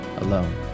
alone